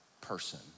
person